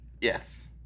Yes